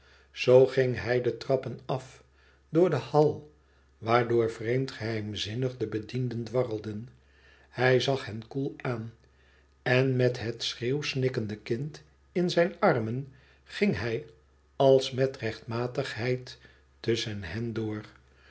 zoo ging hij de trappen af door den hall waardoor vreemd geheimzinnig de bedienden dwarrelden hij zag hen koel aan en met het schreeuwsnikkende kind in zijn armen ging hij als met rechtmatigheid tusschen hen door